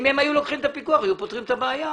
אם הם היו לוקחים את הפיקוח, היו פותרים את הבעיה.